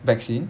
vaccine